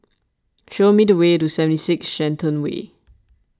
show me the way to seventy six Shenton Way